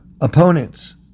opponents